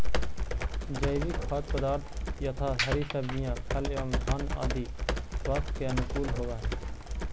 जैविक खाद्य पदार्थ यथा हरी सब्जियां फल एवं धान्य आदि स्वास्थ्य के अनुकूल होव हई